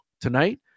tonight